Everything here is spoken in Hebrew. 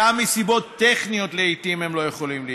גם מסיבות טכניות לעיתים הם לא יכולים להיכנס.